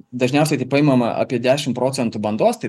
dažniausiai tai paimama apie dešim procentų bandos tai